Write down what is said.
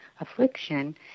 affliction